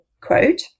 Quote